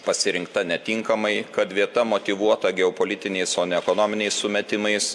pasirinkta netinkamai kad vieta motyvuota geopolitiniais o ne ekonominiais sumetimais